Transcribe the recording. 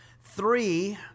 three